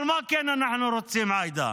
אבל מה אנחנו כן רוצים, עאידה?